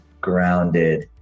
Grounded